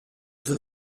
vas